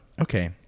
Okay